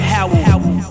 Howell